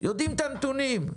יודעים את הנתונים.